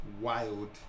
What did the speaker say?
wild